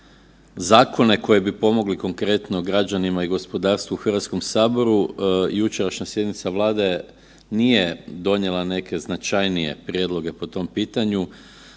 zakone koji bi pomogli konkretno građanima i gospodarstvu u HS-u. jučerašnja sjednica Vlade nije donijela neke značajnije prijedloge po tom pitanju,